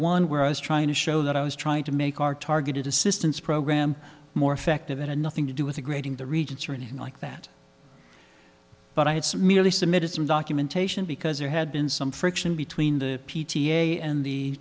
one where i was trying to show that i was trying to make our targeted assistance program more effective it had nothing to do with the grading the regents or anything like that but i had some merely submitted some documentation because there had been some friction between the p t a and the